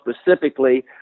specifically